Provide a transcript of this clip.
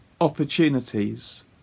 opportunities